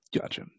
Gotcha